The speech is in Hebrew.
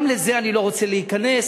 גם לזה אני לא רוצה להיכנס.